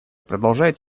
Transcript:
продолжает